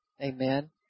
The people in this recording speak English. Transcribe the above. amen